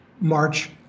March